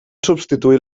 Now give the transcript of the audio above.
substituir